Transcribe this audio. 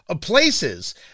places